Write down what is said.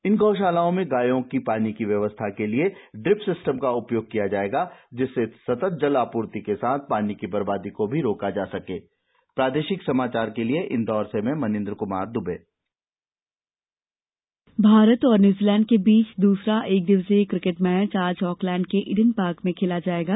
इन गौषालाओं में गायों की पानी की व्यवस्था के लिए ड्रिप सिस्टम का उपयोग किया जाएगा जिससे सतत जल आपूर्ति के साथ पानी की बर्बादी को भी रोका जा सके किकेट भारत और न्यूजीलैंड के बीच दूसरा एक दिवसीय क्रिकेट मैच आज ऑकलैंड के ईडन पार्क में खेला जाएगा